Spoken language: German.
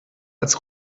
als